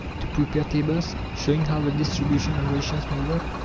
to prepare tables, showing how the distribution of rations may work,